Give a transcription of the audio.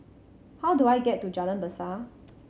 how do I get to Jalan Besar